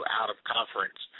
out-of-conference